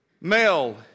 Male